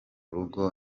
rugo